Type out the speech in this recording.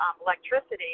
electricity